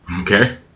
okay